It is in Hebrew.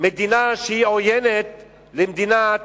מדינה שהיא עוינת למדינת,